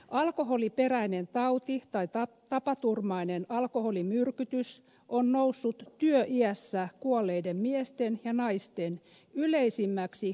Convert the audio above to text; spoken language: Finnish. alkoholiperäinen tauti tai tapaturmainen alkoholimyrkytys on noussut työiässä kuolleiden miesten ja naisten yleisimmäksi kuolinsyyksi